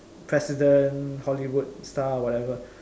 president Hollywood star whatever